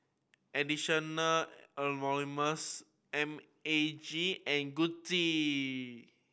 Anonymous M A G and Gucci